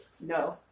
No